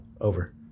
over